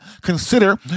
consider